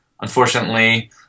unfortunately